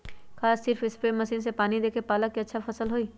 का सिर्फ spray machine से पानी देके पालक के अच्छा फसल होई?